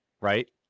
right